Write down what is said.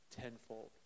tenfold